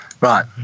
Right